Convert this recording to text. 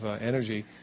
energy